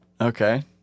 Okay